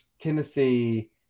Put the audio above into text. Tennessee